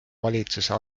valitsuse